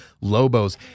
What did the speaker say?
Lobos